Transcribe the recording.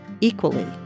equally